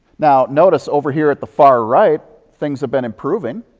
now notice over here, at the far right, things have been improving.